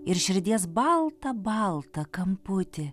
ir širdies baltą baltą kamputį